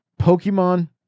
Pokemon